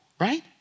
right